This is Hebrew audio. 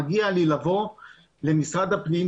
מגיע לי לבוא למשרד הפנים,